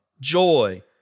joy